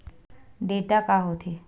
Data का होथे?